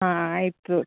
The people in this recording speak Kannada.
ಆ ಅಯಿತು